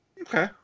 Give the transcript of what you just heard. Okay